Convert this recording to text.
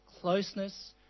Closeness